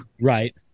Right